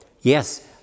Yes